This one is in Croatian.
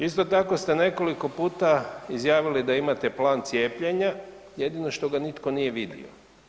Isto tako ste nekoliko puta izjavili da imate plan cijepljenja, jedino što ga nitko nije vidio.